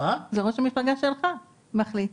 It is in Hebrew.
זה ראש המפלגה שלך מחליט.